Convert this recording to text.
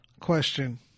question